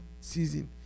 season